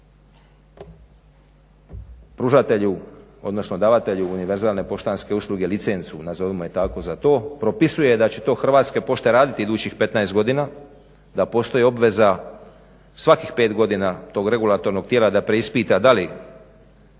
pružatelju odnosno davatelju univerzalne poštanske usluge licencu nazovimo je tako za to, propisuje da će to Hrvatske pošte raditi idućih 15 godina, da postoji obveza svakih 5 godina tog regulatornog tijela da preispita da li